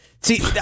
see